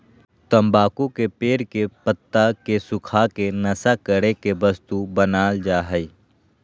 तम्बाकू के पेड़ के पत्ता के सुखा के नशा करे के वस्तु बनाल जा हइ